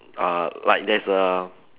uh like there's a